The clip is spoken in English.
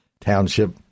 township